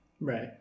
Right